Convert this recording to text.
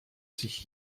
sich